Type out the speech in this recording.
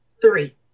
three